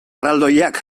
erraldoiak